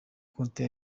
konti